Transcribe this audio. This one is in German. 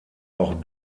auch